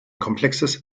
komplexes